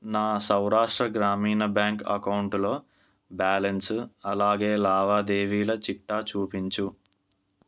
నా సౌరాష్ట్ర గ్రామీణ బ్యాంక్ అకౌంటులో బ్యాలెన్సు అలాగే లావాదేవీల చిట్టా చూపించు